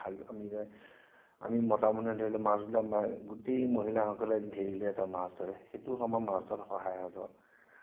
এতিয়া ধাক আমি যে আমি মতা মানুহে ধৰিলওক মাছবিলাক মাৰে গোটেই মহিলাসকলে ঘেৰি লৈ এটা মাছ ধৰে সেইটো সময়ত মাছ ধৰাত সহায় কৰে